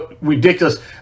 ridiculous